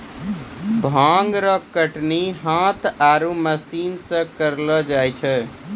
भांग रो कटनी हाथ आरु मशीन से करलो जाय छै